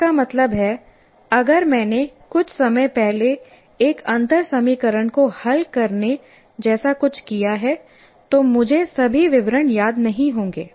इसका मतलब है अगर मैंने कुछ समय पहले एक अंतर समीकरण को हल करने जैसा कुछ किया है तो मुझे सभी विवरण याद नहीं होंगे